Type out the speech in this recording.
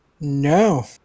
No